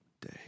day